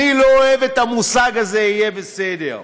אני לא אוהב את המושג הזה, "יהיה בסדר".